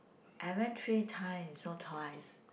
I went three times or twice